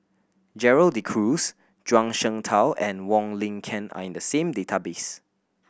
Gerald De Cruz Zhuang Shengtao and Wong Lin Ken are in the same database